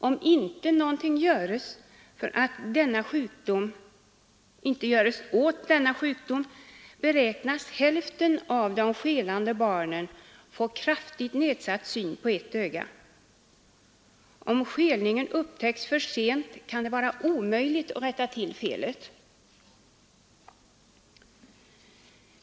Om inte något görs åt denna sjukdom, beräknas hälften av de skelande barnen få kraftigt nedsatt syn på ett öga. Om skelningen upptäcks för sent kan det vara omöjligt att rätta till felet.